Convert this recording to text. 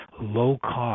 low-cost